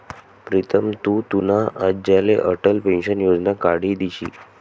प्रीतम तु तुना आज्लाले अटल पेंशन योजना काढी दिशी